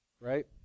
Right